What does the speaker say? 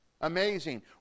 Amazing